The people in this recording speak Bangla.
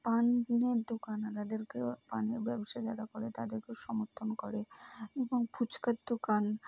পানের দোকান যাদেরকে পানীয় ব্যবসা যারা করে তাদেরকেও সমর্থন করে এবং ফুচকার দোকান